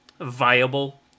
viable